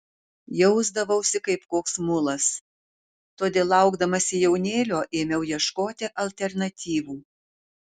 jausdavausi kaip koks mulas todėl laukdamasi jaunėlio ėmiau ieškoti alternatyvų